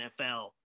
NFL